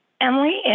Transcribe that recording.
Emily